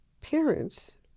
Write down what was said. parents